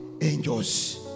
Angels